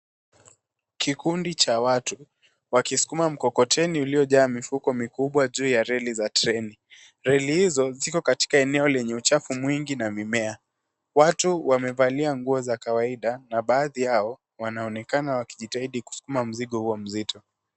Kikundi cha watu wakisukuma mikokoteni iliyojaa mifuko mikubwa juu ya reli ya treni. Reli hizo ziko katoka eneo lenye uchafu mwingi na mimea. Watu wamevalia nguo za kawaida na baadhi yao wanaonekana wakijitahidi kusukuma mzigo huo mzito.